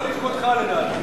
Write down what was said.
לא לכבודך, לדעתי.